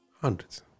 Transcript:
Hundreds